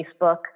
Facebook